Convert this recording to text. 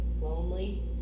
Lonely